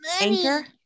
Anchor